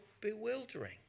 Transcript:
bewildering